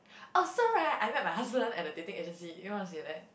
also right I met my husband at a dating agency you want to say that